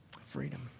Freedom